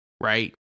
right